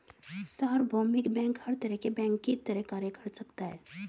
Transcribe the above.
सार्वभौमिक बैंक हर तरह के बैंक की तरह कार्य कर सकता है